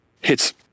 hits